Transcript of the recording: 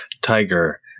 Tiger